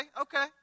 okay